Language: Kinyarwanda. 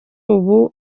ubu